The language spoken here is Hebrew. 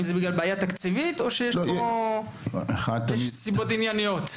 האם זה בגלל בעיה תקציבית או שיש סיבות ענייניות?